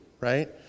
right